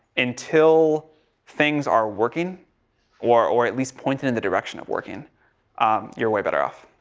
until things are working or, or at least pointing in the direction of working you're way better off.